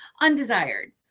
undesired